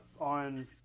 on